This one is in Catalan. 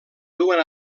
duen